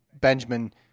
Benjamin